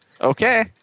Okay